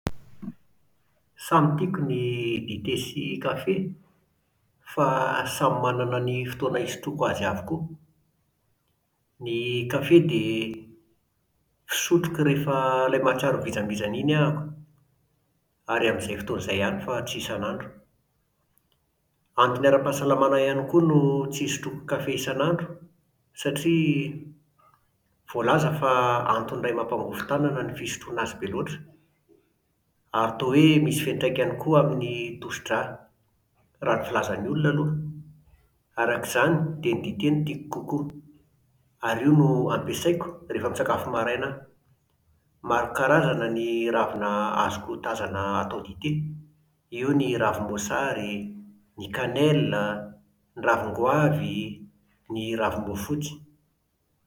Samy tiako ny dite sy kafe. Fa samy manana ny fotoana isotroako azy avokoa. Ny kafe dia fisotroko rehefa ilay mahatsapa vizambizana iny ah-ako, ary amin'izay fotoana izay ihany fa tsy isanandro. Antony ara-pahasalamana ihany koa no tsy isotroako kafe isanandro, satria voalaza fa antony iray mampangovi-tànana ny fisotroana azy be loatra. Ary toa hoe misy fiantraikany koa amin'ny tosidrà, raha ny filazan'ny olona aloha. Araka izany, dia dite no tiako kokoa, ary io no ampiasaiko rehefa misakafo maraina aho. Maro karazana ny ravina azoko hotazana hatao dite: eo ny ravim-boasary, ny canelle a, ny ravin-goavy, ny ravim-boafotsy,